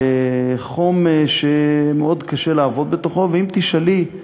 בחום שמאוד קשה לעבוד בתוכו, ואם תשאלי,